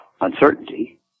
uncertainty